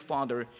Father